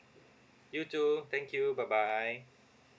you too thank you bye bye